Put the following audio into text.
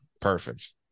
Perfect